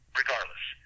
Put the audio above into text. regardless